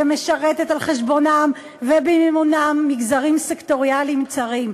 ומשרתת על חשבונם ובמימונם מגזרים סקטוריאליים צרים.